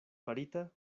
farita